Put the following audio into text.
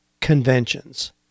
conventions